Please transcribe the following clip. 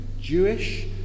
Jewish